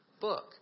book